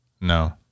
No